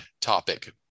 topic